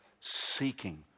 seeking